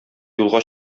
юлга